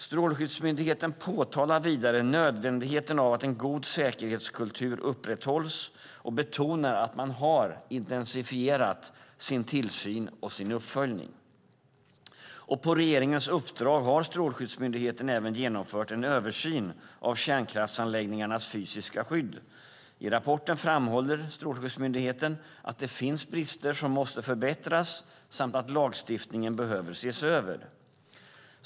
Strålsäkerhetsmyndigheten påtalar vidare nödvändigheten av att en god säkerhetskultur upprätthålls och betonar att man har intensifierat sin tillsyn och uppföljning. På regeringens uppdrag har Strålsäkerhetsmyndigheten även genomfört en översyn av kärnkraftsanläggningarnas fysiska skydd. I rapporten framhåller Strålsäkerhetsmyndigheten att det finns brister som måste förbättras samt att lagstiftningen behöver ses över.